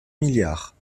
milliards